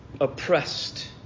oppressed